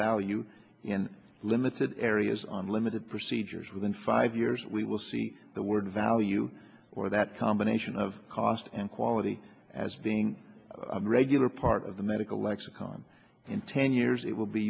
value in limited areas on limited procedures within five years we will see the word value or that combination of cost and quality as being a regular part of the medical lexicon in ten years it will be